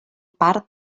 part